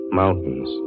mountains